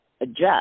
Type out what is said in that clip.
adjust